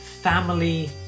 family